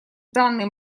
данный